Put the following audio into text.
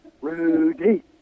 Rudy